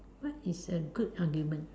what is a good argument